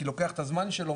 כי לוקח את הזמן שלו,